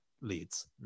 leads